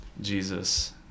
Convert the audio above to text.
Jesus